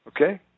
Okay